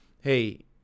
hey